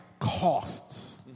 costs